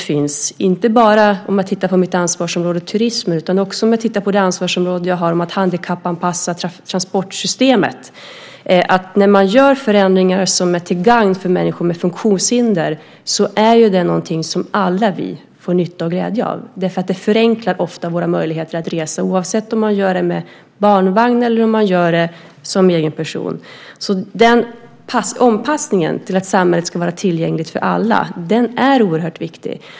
Det gäller inte bara om jag tittar på mitt ansvarsområde turism utan också om jag tittar på det ansvarsområde jag har som handlar om att handikappanpassa transportsystemet. När man gör förändringar som är till gagn för människor med funktionshinder är det något som vi alla får nytta och glädje av. Det förenklar ofta våra möjligheter att resa. Det gäller oavsett om man gör det med barnvagn eller som egen person. Anpassningen till att samhället ska vara tillgängligt för alla är oerhört viktig.